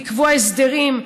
לקבוע הסדרים,